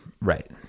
right